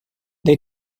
they